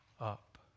up